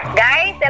guys